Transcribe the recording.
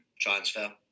transfer